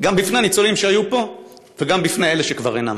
גם בפני הניצולים שהיו פה וגם בפני אלה שכבר אינם.